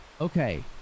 Okay